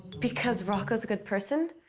because rocco's a good person.